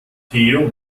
theo